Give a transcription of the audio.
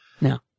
No